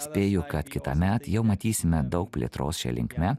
spėju kad kitąmet jau matysime daug plėtros šia linkme